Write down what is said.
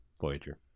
voyager